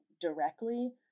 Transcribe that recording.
directly